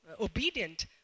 obedient